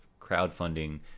crowdfunding